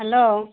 hello